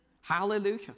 Hallelujah